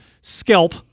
scalp